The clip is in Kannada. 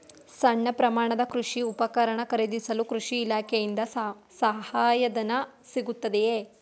ಸಣ್ಣ ಪ್ರಮಾಣದ ಕೃಷಿ ಉಪಕರಣ ಖರೀದಿಸಲು ಕೃಷಿ ಇಲಾಖೆಯಿಂದ ಸಹಾಯಧನ ಸಿಗುತ್ತದೆಯೇ?